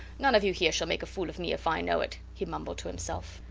none of you here shall make a fool of me if i know it, he mumbled to himself.